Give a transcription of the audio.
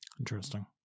Interesting